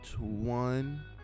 one